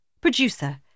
Producer